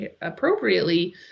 appropriately